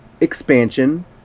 expansion